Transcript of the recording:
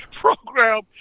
program